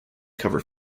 cover